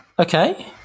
Okay